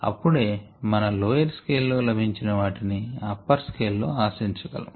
అప్పుడే మనము lower scale లో లభించిన వాటిని అప్పర్ స్కేల్ లో ఆశించగలం